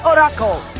Oracle